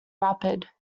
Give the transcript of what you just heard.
rapid